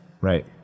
Right